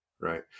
Right